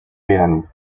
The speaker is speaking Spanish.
bien